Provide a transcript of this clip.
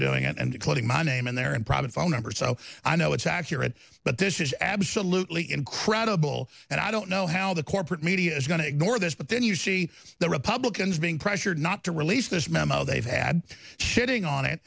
doing and including my name and their own private phone number so i know it's accurate but this is absolutely incredible and i don't know how the corporate media is going to ignore this but then you see the republicans being pressured not to release this memo they've had sitting on